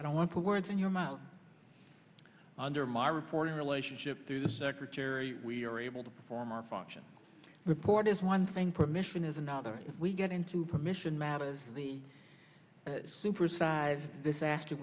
i don't put words in your mouth under my reporting relationship through the secretary we are able to perform our function report is one thing permission is another we get into permission matters of the super size this after